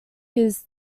his